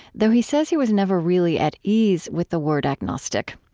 though he says he was never really at ease with the word agnostic.